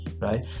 right